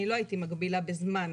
אני לא הייתי מגבילה בזמן,